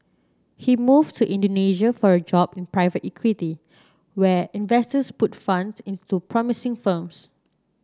he moved to Indonesia for a job in private equity where investors put funds into promising firms